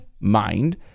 mind